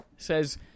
says